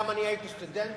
גם אני הייתי סטודנט